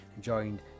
joined